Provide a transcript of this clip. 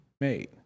made